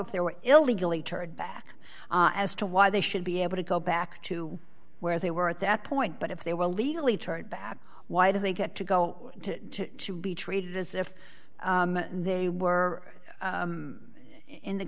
if they were illegally turned back as to why they should be able to go back to where they were at that point but if they were legally chargeback why do they get to go to to be treated as if they were in the